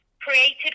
created